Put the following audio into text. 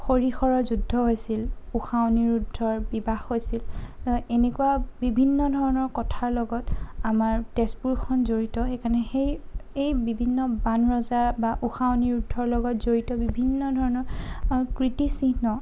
হৰিহৰৰ যুদ্ধ হৈছিল ঊষা অনিৰুদ্ধৰ বিবাহ হৈছিল এনেকুৱা বিভিন্ন ধৰণৰ কথাৰ লগত আমাৰ তেজপুৰখন জড়িত এইকাৰণে সেই এই বিভিন্ন বাণ ৰজাৰ বা ঊষা অনিৰুদ্ধৰ লগত জড়িত বিভিন্ন ধৰণৰ আৰু কীৰ্তিচিহ্ন